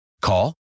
Call